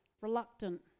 Reluctant